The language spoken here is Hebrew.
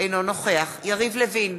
אינו נוכח יריב לוין,